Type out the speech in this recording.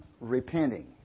repenting